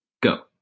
go